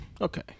Okay